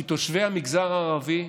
כי לתושבי המגזר הערבי,